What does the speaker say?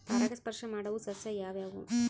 ಪರಾಗಸ್ಪರ್ಶ ಮಾಡಾವು ಸಸ್ಯ ಯಾವ್ಯಾವು?